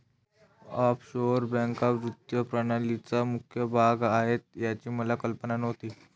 offshore बँका वित्तीय प्रणालीचा मुख्य भाग आहेत याची मला कल्पना नव्हती